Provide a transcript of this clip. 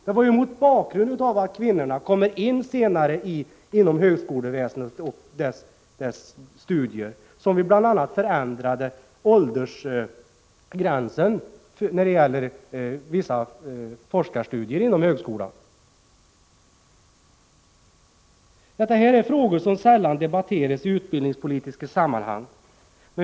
Det var mot bakgrund av att kvinnorna kommer in senare i högskoleväsendet som vi bl.a. förändrade åldersgränsen för vissa forskningsstudier inom högskolan. Detta är frågor som sällan debatteras i utbildningspolitiska sammanhang.